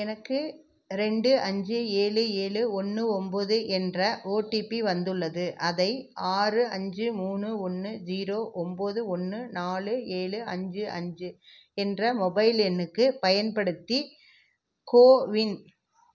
எனக்கு ரெண்டு அஞ்சு ஏழு ஏழு ஒன்று ஒம்பது என்ற ஓடிபி வந்துள்ளது அதை ஆறு அஞ்சு மூணு ஒன்று ஜீரோ ஒம்பது ஒன்று நாலு ஏழு அஞ்சு அஞ்சு என்ற மொபைல் எண்ணுக்கு பயன்படுத்தி கோவின்